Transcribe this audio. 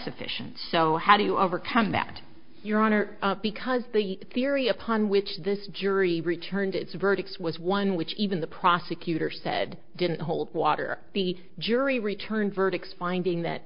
sufficient so how do you overcome that your honor because the theory upon which this jury returned its verdict was one which even the prosecutor said didn't hold water the jury returned verdicts finding that